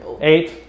Eight